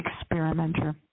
experimenter